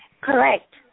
Correct